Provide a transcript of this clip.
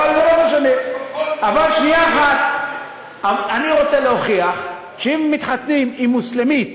אבל יחד עם זה, על רקע הנתונים של השבוע האחרון,